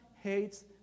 hates